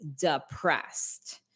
depressed